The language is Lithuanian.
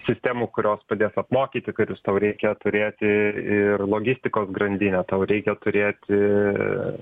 sistemų kurios padės apmokyti karius tau reikia turėti ir logistikos grandinę tau reikia turėti